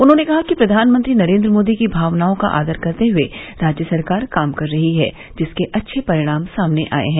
उन्होंने कहा कि प्रधानमंत्री नरेन्द्र मोदी की भावनाओं का आदर करते हए राज्य सरकार काम कर रही है जिसके अच्छे परिणाम सामने आये हैं